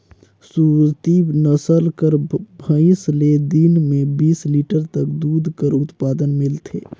सुरती नसल कर भंइस ले दिन में बीस लीटर तक दूद कर उत्पादन मिलथे